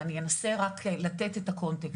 ואני אנסה רק לתת את הקונטקסט.